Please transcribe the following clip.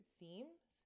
themes